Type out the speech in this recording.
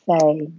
say